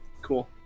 Cool